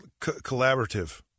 collaborative